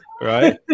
right